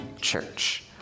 church